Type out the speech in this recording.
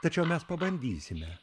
tačiau mes pabandysime